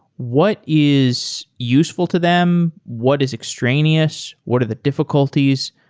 what is useful to them? what is extraneous? what are the difficulties?